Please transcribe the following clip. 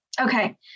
Okay